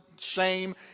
shame